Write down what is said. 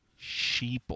sheeple